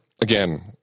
again